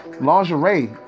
Lingerie